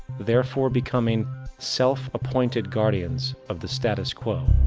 therefore becoming self-appointed guardians of the status quo.